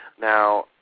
Now